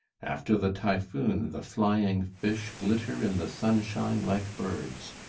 after the typhoon, the flying-fish glitter in the sunshine like birds.